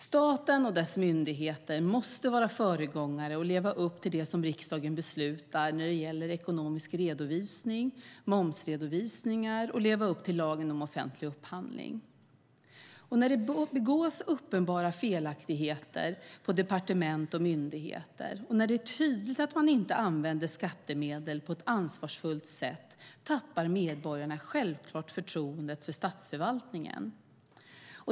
Staten och dess myndigheter måste vara föregångare och leva upp till det som riksdagen beslutar när det gäller ekonomisk redovisning och momsredovisningar och leva upp till lagen om offentlig upphandling. När det begås uppenbara felaktigheter på departement och myndigheter, och när det är tydligt att man inte använder skattemedel på ett ansvarsfullt sätt, tappar medborgarna självklart förtroendet för statsförvaltningen.